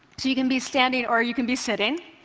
so you can be standing or you can be sitting.